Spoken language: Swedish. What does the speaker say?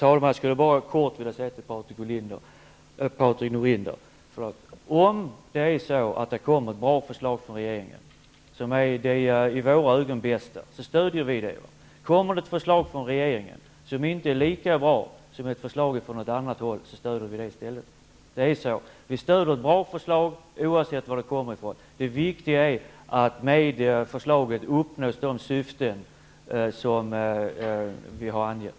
Herr talman! Om regeringen lägger fram ett förslag som är det i våra ögon bästa, så kommer vi att stödja det förslaget. Kommer det ett förslag från regeringen som inte är lika bra som förslag som har lagts fram från annat håll, så stödjer vi inte regeringens förslag utan det andra förslaget. Vi stöder ett bra förslag, oavsett varifrån det kommer. Det viktiga är att vi med förslaget uppnår de syften som vi har angett.